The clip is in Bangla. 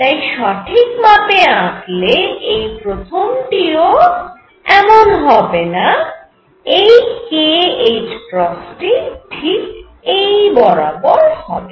তাই সঠিক মাপে আঁকলে এই প্রথমটিও এমন হবেনা এই kℏ টি ঠিক এই বরাবর হবে